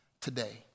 today